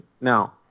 now